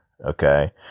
okay